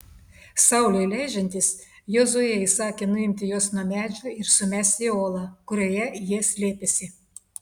saulei leidžiantis jozuė įsakė nuimti juos nuo medžių ir sumesti į olą kurioje jie slėpėsi